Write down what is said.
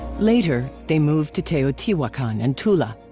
later, they moved to teotihuacan and tula.